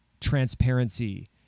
transparency